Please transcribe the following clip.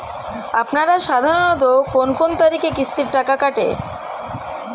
আপনারা সাধারণত কোন কোন তারিখে কিস্তির টাকা কাটে?